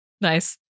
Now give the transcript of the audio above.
Nice